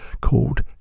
Called